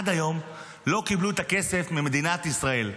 עד היום לא קיבלה את הכסף ממדינת ישראל.